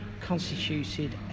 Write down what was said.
constituted